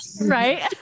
right